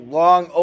long